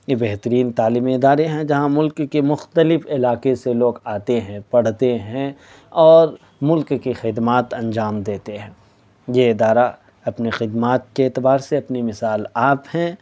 یہ بہترین تعلیمی ادارے ہیں جہاں ملک کی مختلف علاقے سے لوگ آتے ہیں پڑھتے ہیں اور ملک کی خدمات انجام دیتے ہیں یہ ادارہ اپنی خدمات کے اعتبار سے اپنی مثال آپ ہیں